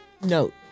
note